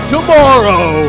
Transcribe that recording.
Tomorrow